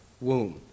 womb